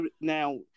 now